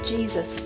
Jesus